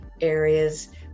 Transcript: areas